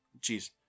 Jeez